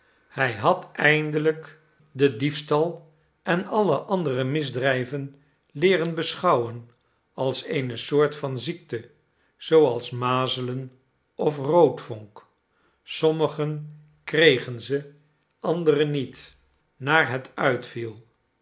hij had eindelijk den diefstal en alle andere misdrijven leeren beschouwen als eene soort van ziekte zooals mazelen of roodvonk sommigen kregen ze anderen niet naar het uitviel